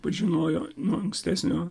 pažinojo nuo ankstesnio